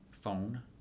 phone